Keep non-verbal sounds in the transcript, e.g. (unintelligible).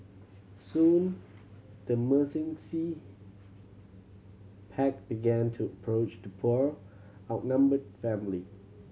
soon the (unintelligible) pack began to approach to poor outnumbered family